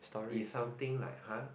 is something like !huh!